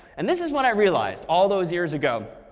and this is what i realized all those years ago.